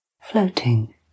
floating